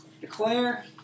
Declare